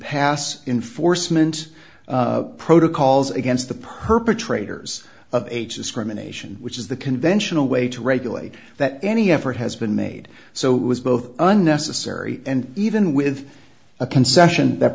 pass in force meant protocols against the perpetrators of age discrimination which is the conventional way to regulate that any effort has been made so it was both unnecessary and even with a concession that